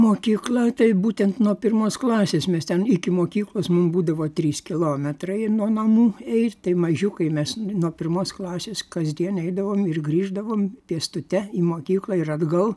mokykla tai būtent nuo pirmos klasės mes ten iki mokyklos mum būdavo trys kilometrai nuo namų eit tai mažiukai mes nuo pirmos klasės kasdien eidavom ir grįždavom pėstute į mokyklą ir atgal